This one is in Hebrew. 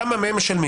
כמה מהם משלמים?